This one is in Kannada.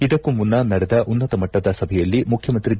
ಇದಕ್ಕೂ ಮುನ್ನ ನಡೆದ ಉನ್ನತ ಮಟ್ಟದ ಸಭೆಯಲ್ಲಿ ಮುಖ್ಯಮಂತ್ರಿ ಬಿ